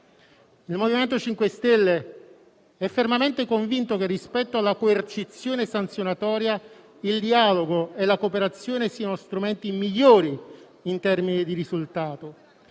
Il MoVimento 5 Stelle è fermamente convinto che, rispetto alla coercizione sanzionatoria, il dialogo e la cooperazione siano strumenti migliori in termini di risultato.